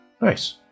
Nice